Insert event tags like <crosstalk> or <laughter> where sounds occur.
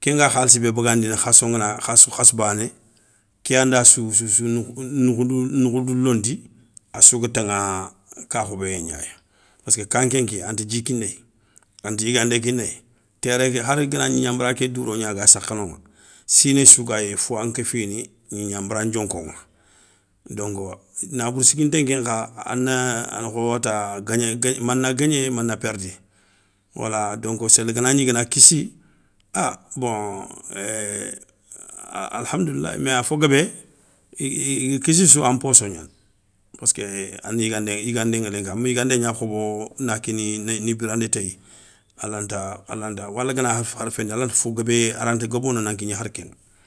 kenga khalssi bé bagandini khasso ngana, khasso bané ké yanda soussou noukhoudou londi, assou ga taŋa ka khoboyé gnayi. Passki ka nkéké anta dji kinéyi, anta yigandé kinéyi terré ké har ganagni gnigna nbéra ké douro gna ga sakha noŋa, siné sou gayéyi fo yan kéfini, gnigna nbéra ndionkoŋa, donko nabourou siginté nkenkha ana, anakhowata mana guégné mana perdi. Wala donko séli ganagni i gana kissi ah <hesitation> alhamdilahi, mais afo guébé iga kississou an posso gnani péské, ana yigandé ama yigandé gna khobo na kini ni birandi téyi, a lanta a lanta, wala gana hari féyindi a lanta fo guébé a lanta gobono nan kigné hari kéŋa.